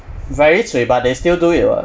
very cui but they still do it [what]